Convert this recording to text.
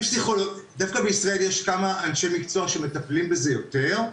דווקא בישראל יש כמה אנשי מקצוע שמטפלים בזה יותר,